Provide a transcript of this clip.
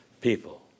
people